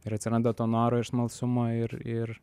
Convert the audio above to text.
ir atsiranda to noro ir smalsumo ir ir